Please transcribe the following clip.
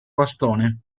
bastone